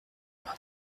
vingt